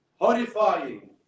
horrifying